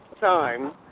time